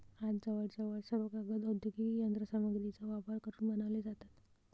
आज जवळजवळ सर्व कागद औद्योगिक यंत्र सामग्रीचा वापर करून बनवले जातात